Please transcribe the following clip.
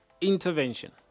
intervention